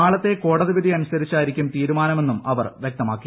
നാളത്തെ കോടതിവിധി അനുസരിച്ചായിരിക്കും തീരുമാനമെന്നും അവർ വ്യക്തമാക്കി